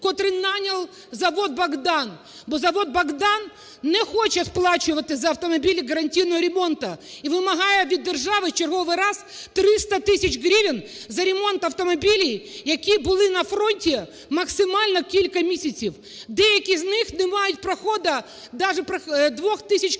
котрий найняв завод "Богдан". Бо завод "Богдан" не хоче сплачувати за автомобілі гарантійного ремонту і вимагає від держави черговий раз 300 тисяч гривень за ремонт автомобілів, які були на фронті максимально кілька місяців. Деякі з них не мають проходудаже 2 тисяч